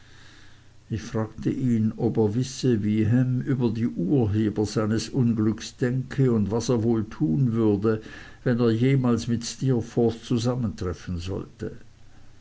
ich fragte ihn ob er wisse wie ham über die urheber seines unglücks denke und was er wohl tun würde wenn er jemals mit steerforth zusammentreffen sollte